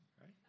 right